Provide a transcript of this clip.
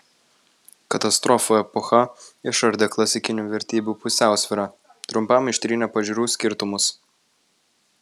katastrofų epocha išardė klasikinių vertybių pusiausvyrą trumpam ištrynė pažiūrų skirtumus